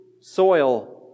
soil